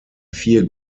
vier